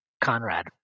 Conrad